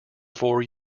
four